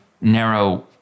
narrow